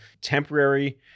temporary